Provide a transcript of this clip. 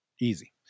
Easy